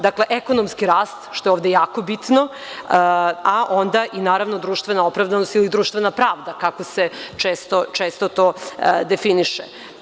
Dakle, ekonomski rast, što je ovde jako bitno, a onda i društvena opravdanost ili društvena pravda kako se često to definiše.